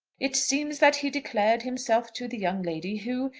it seems that he declared himself to the young lady, who,